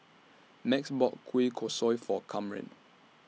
Max bought Kueh Kosui For Kamren